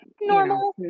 normal